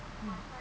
mm